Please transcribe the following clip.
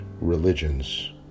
religions